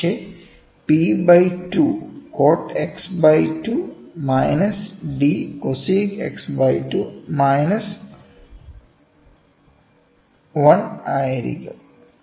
പക്ഷേ P by 2 cot x by 2 minus d കോസിക് x by 2 minus 1 ആയിരിക്കും